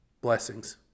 Blessings